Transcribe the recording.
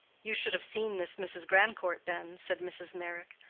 you should have seen this mrs. grandcourt then, said mrs. meyrick.